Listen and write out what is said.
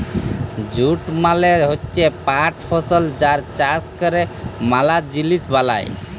jute মালে হচ্যে পাট ফসল যার চাষ ক্যরে ম্যালা জিলিস বালাই